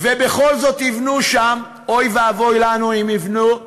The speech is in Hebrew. ובכל זאת יבנו שם, אוי ואבוי לנו אם יבנו,